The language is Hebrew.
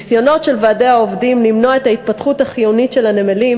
הניסיונות של ועדי העובדים למנוע את ההתפתחות החיונית של הנמלים,